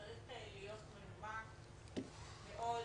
צריך להיות מנומק מאוד,